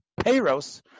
payros